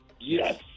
Yes